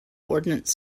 ordnance